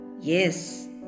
Yes